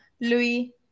Louis